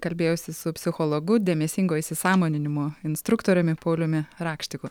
kalbėjausi su psichologu dėmesingo įsisąmoninimo instruktoriumi pauliumi rakštiku